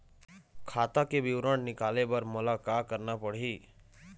खाता के विवरण निकाले बर मोला का करना पड़ही?